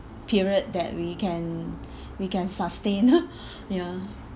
period that we can we can sustain ya